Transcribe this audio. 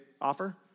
offer